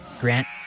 Grant